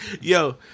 Yo